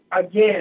again